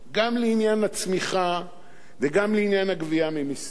גם לעניין הצמיחה וגם לעניין הגבייה ממסים.